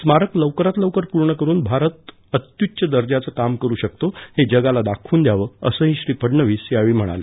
स्मारक लवकरात लवकर पूर्ण करून भारत अत्युच्च दर्जाचं काम करू शकतो हे जगाला दाखवून द्यावं असंही श्री फडणवीस म्हणाले